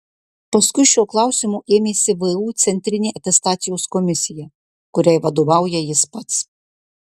paskui šio klausimo ėmėsi vu centrinė atestacijos komisija kuriai vadovauja jis pats